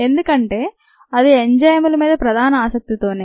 ఎందుకంటే అది ఎంజైములు మీద ప్రధాన ఆసక్తితోనే